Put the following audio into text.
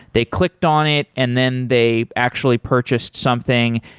they clicked on it and then they actually purchased something,